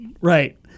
Right